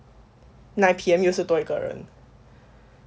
nine P_M 又是多一个人